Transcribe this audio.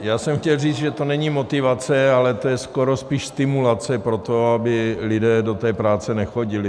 Já jsem chtěl říct, že to není motivace, ale to je skoro spíš stimulace pro to, aby lidé do práce nechodili.